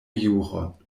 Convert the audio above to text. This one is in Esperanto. juron